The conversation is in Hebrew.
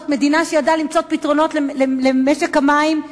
זאת מדינה שידעה למצוא פתרונות למשק המים.